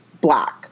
black